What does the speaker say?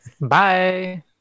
Bye